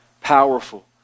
powerful